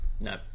No